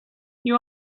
you